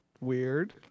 weird